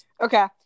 Okay